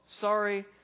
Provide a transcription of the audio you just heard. sorry